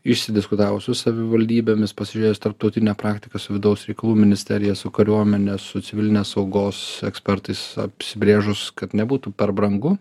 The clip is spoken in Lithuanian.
išsidiskutavo su savivaldybėmis pasižiūrėjęs tarptautinę praktiką su vidaus reikalų ministerija su kariuomene su civilinės saugos ekspertais apsibrėžus kad nebūtų per brangu